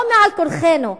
לא בעל כורחנו,